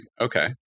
Okay